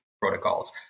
protocols